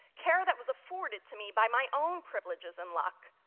care that was afforded to me by my own privileges and luck,